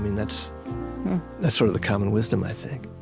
that's that's sort of the common wisdom, i think